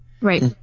Right